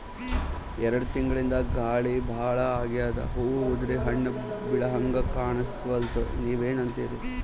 ಎರೆಡ್ ತಿಂಗಳಿಂದ ಗಾಳಿ ಭಾಳ ಆಗ್ಯಾದ, ಹೂವ ಉದ್ರಿ ಹಣ್ಣ ಬೆಳಿಹಂಗ ಕಾಣಸ್ವಲ್ತು, ನೀವೆನಂತಿರಿ?